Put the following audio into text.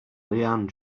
leanne